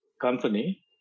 company